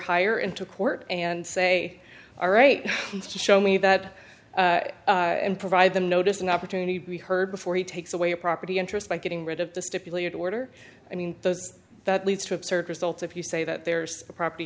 higher into court and say all right show me that and provide them notice an opportunity to be heard before he takes away your property interest by getting rid of the stipulated order i mean those that leads to absurd results if you say that there's a property